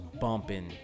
bumping